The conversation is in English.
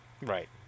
Right